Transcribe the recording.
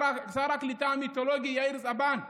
שר הקליטה המיתולוגי יאיר צבן,